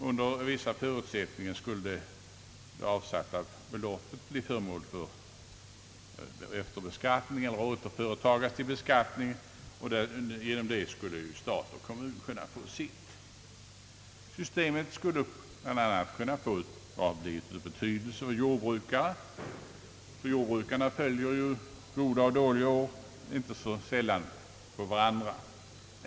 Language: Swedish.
Under vissa förutsättningar skulle det avsatta beloppet bli föremål för efterbeskattning eller återföretas till beskattning, och därigenom skulle stat och kommun kunna få sitt. Systemet skulle bl.a. bli av betydelse för jordbrukare, ty för jordbrukarna följer goda och dåliga år inte så sällan på varandra.